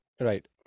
right